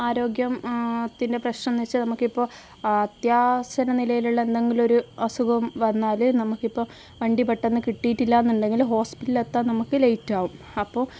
ആരോഗ്യം ത്തിൻ്റെ പ്രശ്നമെന്നുവെച്ചാൽ നമുക്കിപ്പോൾ അത്യാസന്ന നിലയിലുള്ള എന്തെങ്കിലും ഒരു അസുഖം വന്നാൽ നമുക്കിപ്പോൾ വണ്ടി പെട്ടെന്നു കിട്ടിയിട്ടില്ല എന്നുണ്ടെങ്കിൽ ഹോസ്പിറ്റലിൽ എത്താൻ നമുക്ക് ലേറ്റാകും അപ്പോൾ